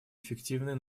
эффективной